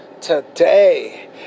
today